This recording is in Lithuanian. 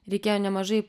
reikėjo nemažai